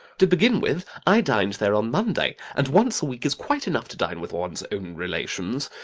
to begin with, i dined there on monday, and once a week is quite enough to dine with one's own relations.